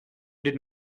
did